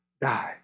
die